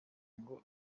ngo